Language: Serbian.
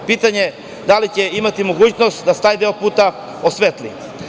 Pitanje - da li postoji mogućnost da se taj deo puta osvetli?